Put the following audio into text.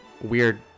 weird